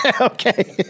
Okay